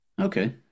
Okay